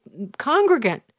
congregant